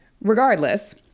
Regardless